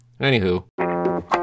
Anywho